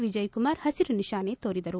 ವಿಜಯ್ಕುಮಾರ್ ಹಸಿರು ನಿಶಾನೆ ತೋರಿದರು